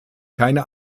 keine